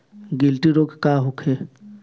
गिलटी रोग का होखे?